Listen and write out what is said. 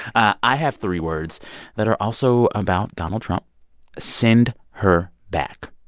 i have three words that are also about donald trump send her back.